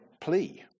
plea